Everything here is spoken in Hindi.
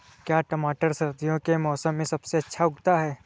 क्या टमाटर सर्दियों के मौसम में सबसे अच्छा उगता है?